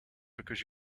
because